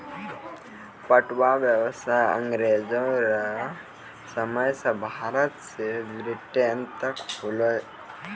पटुआ व्यसाय अँग्रेजो रो समय से भारत से ब्रिटेन तक होलै